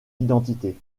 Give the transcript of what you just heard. identité